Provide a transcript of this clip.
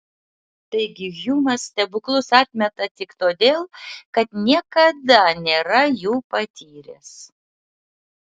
taigi hjumas stebuklus atmeta tik todėl kad niekada nėra jų patyręs